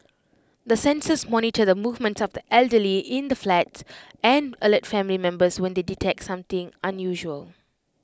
the sensors monitor the movements of the elderly in the flats and alert family members when they detect something unusual